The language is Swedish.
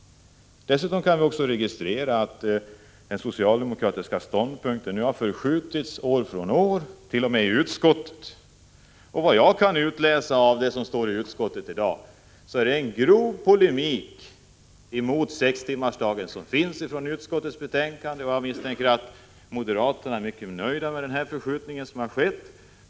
Dessutom kan vi registrera att den socialdemokratiska ståndpunkten har förskjutits år från år —t.o.m. i utskottet. Vad jag kan utläsa av utskottsbetänkandet är att det som står där är en grov polemik mot sextimmarsdagen. Jag misstänker att moderaterna är mycket nöjda med den förskjutning som har skett.